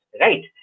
right